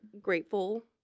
grateful